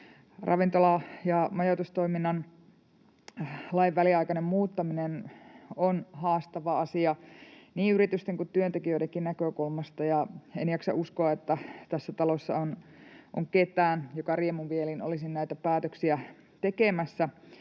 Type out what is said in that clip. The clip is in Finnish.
Ravintola‑ ja majoitustoiminnan lain väliaikainen muuttaminen on haastava asia niin yritysten kuin työntekijöidenkin näkökulmasta, ja en jaksa uskoa, että tässä talossa on ketään, joka riemumielin olisi näitä päätöksiä tekemässä.